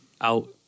out